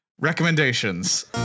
recommendations